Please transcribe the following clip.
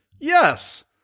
Yes